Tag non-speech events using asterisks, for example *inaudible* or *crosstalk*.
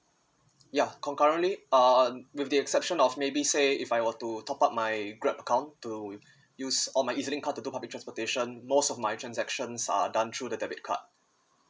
ya concurrently uh with the exception of maybe say if I were to top up my grab account to *breath* use all my Ez-Link card to do public transportation most of my transactions are done through the debit card